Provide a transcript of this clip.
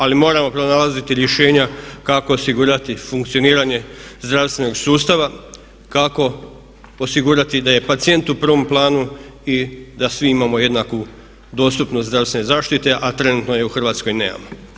Ali moramo pronalaziti rješenja kako osigurati funkcioniranje zdravstvenog sustava, kako osigurati da je pacijent u prvom planu i da svi imamo jednaku dostupnost zdravstvene zaštite, a trenutno je u Hrvatskoj nemamo.